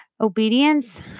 Obedience